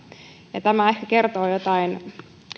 ja tämä ehkä kertoo jotain